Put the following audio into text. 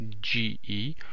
G-E